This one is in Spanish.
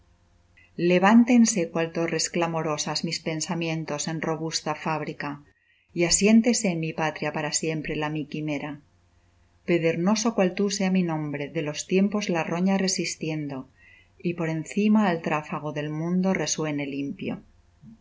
levántense cual torres clamorosas mis pensamientos en robusta fábrica y asiéntese en mi patria para siempre la mi quimera pedernoso cual tú sea mi nombre de los tiempos la roña resistiendo y por encima al tráfago del mundo resuene limpio